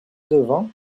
devint